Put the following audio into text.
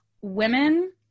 women